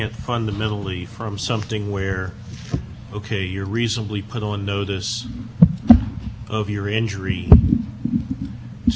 injury to a rule that says if you've got an argument